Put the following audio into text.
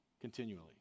continually